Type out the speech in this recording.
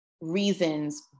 reasons